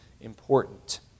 important